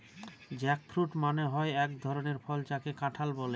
jackfruit মানে হয় এক ধরনের ফল যাকে কাঁঠাল বলে